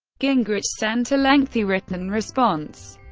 gingrich sent a lengthy written response.